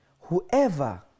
whoever